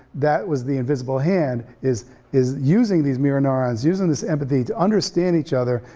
that was the invisible hand, is is using these mirror neurons, using this empathy to understand each other,